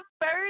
first